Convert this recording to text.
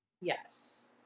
yes